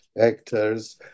actors